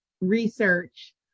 research